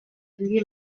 rigui